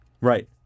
right